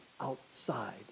outside